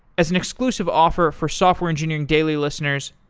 as an inclusive offer for software engineering daily listeners,